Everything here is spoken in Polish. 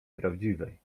prawdziwej